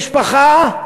של משפחה,